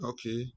Okay